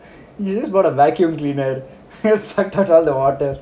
you should've just bought a vacuum cleaner suck out all the water